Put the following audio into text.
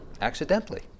accidentally